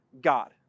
God